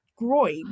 groin